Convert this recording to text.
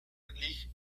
league